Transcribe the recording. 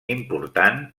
important